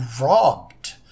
robbed